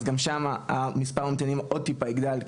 אז גם שם מס' הממתינים עוד טיפה יגדל,